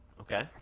Okay